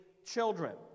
children